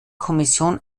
kommission